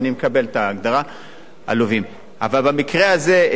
אבל במקרה הזה,